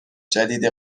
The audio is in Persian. جدید